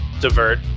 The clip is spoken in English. divert